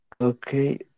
Okay